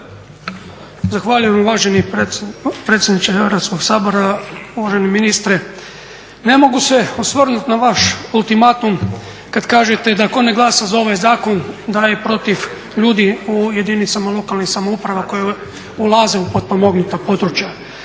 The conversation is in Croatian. Zahvaljujem uvaženi predsjedniče Hrvatskog sabora. Uvaženi ministre. Ne mogu se ne osvrnut na vaš ultimatum kad kažete da tko ne glasa za ovaj zakon da je protiv ljudi u jedinicama lokalnih samouprava koje ulaze u potpomognuta područja.